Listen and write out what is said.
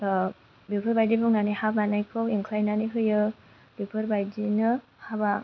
बेफोरबायदि बुंनानै हा बानायखौ एंख्लायनानै होयो बेफोरबायदिनो हाबा